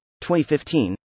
2015